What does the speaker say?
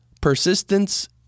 Persistence